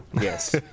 yes